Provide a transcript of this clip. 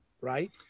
right